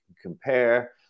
compare